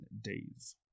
days